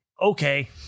Okay